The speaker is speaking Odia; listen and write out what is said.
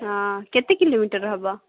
ହଁ କେତେ କିଲୋମିଟର ହବ